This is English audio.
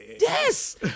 Yes